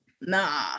Nah